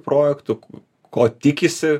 projektų ko tikisi